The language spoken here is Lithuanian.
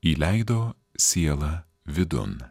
įleido sielą vidun